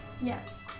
Yes